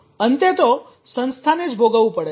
અંતે તો સંસ્થાને જ ભોગવવું પડે છે